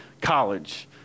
college